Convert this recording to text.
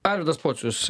arvydas pocius